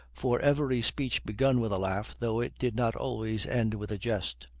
for every speech begun with a laugh, though it did not always end with a jest.